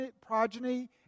progeny